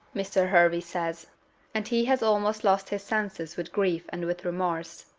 mr. hervey says and he has almost lost his senses with grief and with remorse!